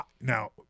Now